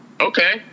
Okay